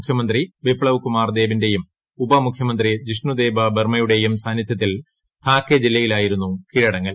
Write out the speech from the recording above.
മുഖ്യമന്ത്രി ബിപ്ലബ് കുമാർ ദേബിന്റെയും ഉപമുഖ്യമന്ത്രി ജിഷ്ണു ദേബ് ബർമയുടേയും സാന്നിധൃത്തിൽ ധാകൈ ജില്ലയിലായിരുന്നു കീഴടങ്ങൽ